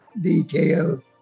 detail